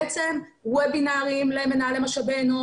בעצם וובינרים למנהלי משאבי אנוש,